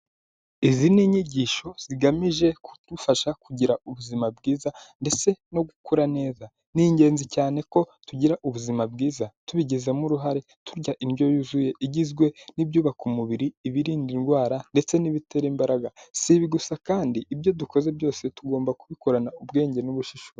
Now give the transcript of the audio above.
Izi ni inyigisho zigamije kudufasha kugira ubuzima bwiza ndetse no gukura neza. Ni ingenzi cyane ko tugira ubuzima bwiza tubigizemo uruhare, turya indyo yuzuye igizwe n'ibyubaka umubiri, ibirinda indwara ndetse n'ibitera imbaraga. Si ibi gusa kandi ibyo dukoze byose tugomba kubikorana ubwenge n'ubushishozi.